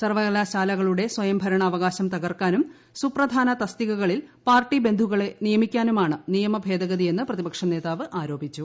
സർവ്വകലാശാലകളുടെ സ്വയംഭരണ അവകാശം തകർക്കാനും സുപ്രധാന തസ്തികകളിൽ പാർട്ടി ബന്ധുക്കളെ നിയമിക്കാനുമാണ് നിയമഭേദഗതി എന്ന് പ്രതിപക്ഷ നേതാവ് ആരോപിച്ചു